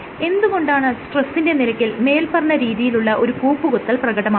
എന്ത് കൊണ്ടാണ് സ്ട്രെസ്സിന്റെ നിരക്കിൽ മേല്പറഞ്ഞ രീതിയിലുള്ള ഒരു കൂപ്പുകുത്തൽ പ്രകടമാകുന്നത്